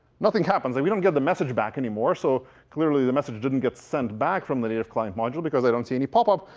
nothing happens. we we don't get the message back anymore, so clearly the message didn't get sent back from the native client module, because i don't see any popup.